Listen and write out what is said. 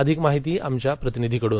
अधिक माहिती आमच्या प्रतिनिधीकडून